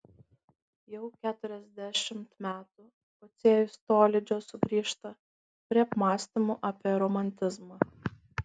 jau keturiasdešimt metų pociejus tolydžio sugrįžta prie apmąstymų apie romantizmą